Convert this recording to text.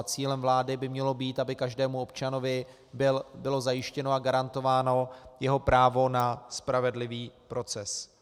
Cílem vlády by mělo být, aby každému občanovi bylo zajištěno a garantováno jeho právo na spravedlivý proces.